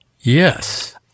Yes